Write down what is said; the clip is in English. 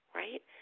right